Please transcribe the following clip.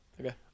Okay